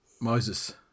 Moses